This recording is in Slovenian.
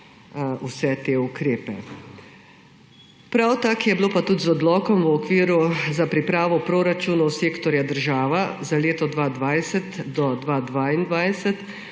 vse te ukrepe. Prav tako je bilo tudi z Odlokom o okviru za pripravo proračunov sektorja država za obdobje od 2020 do 2022